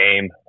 game